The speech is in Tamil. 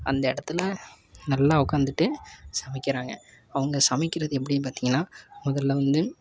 அந்த இடத்துல நல்லா உட்காந்துட்டு சமைக்கிறாங்க அவங்க சமைக்கிறது எப்படின் பார்த்தீங்கன்னா முதலில் வந்து